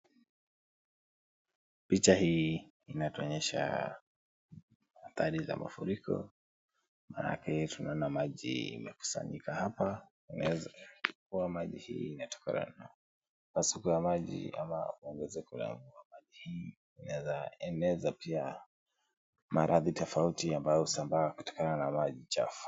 Picha hii inatuonyesha athari za mafuriko maanake tunaona maji imekusanyika hapa. Tunaweza kujua kuwa maji hii imetokana na mpasuko wa maji ama ongezeko la maji. Inaweza eneza pia maradhi tofauti ambayo husambaa kutokana na maji chafu.